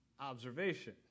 observation